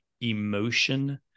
emotion